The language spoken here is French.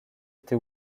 été